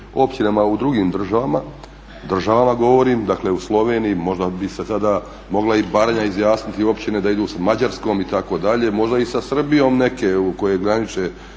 općinama u drugim državama, državama govorim, dakle u Sloveniji, možda bi se sada mogla i Baranja izjasniti općine da idu s Mađarskom itd. možda i sa Srbijom neke koje graniče